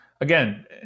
again